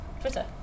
Twitter